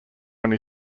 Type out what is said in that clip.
only